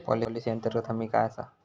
Policy अंतर्गत हमी काय आसा?